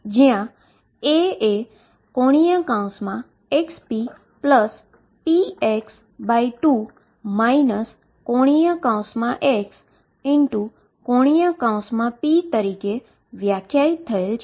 જ્યાં a એ ⟨xppx⟩2 ⟨x⟩⟨p⟩ તરીકે વ્યાખ્યાયિત થયેલ છે